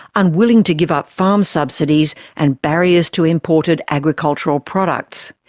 unwilling to give up farm subsidies and barriers to imported agricultural products.